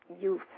youth